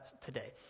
today